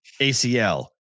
ACL